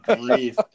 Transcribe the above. grief